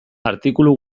artikulu